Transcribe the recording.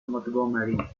montgomery